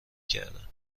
کردن